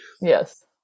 Yes